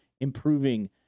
improving